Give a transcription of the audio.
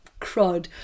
crud